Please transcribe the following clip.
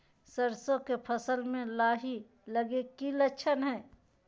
सरसों के फसल में लाही लगे कि लक्षण हय?